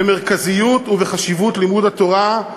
במרכזיות ובחשיבות של לימוד התורה,